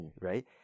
right